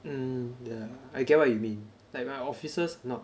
mm yeah I get what you mean like my officers not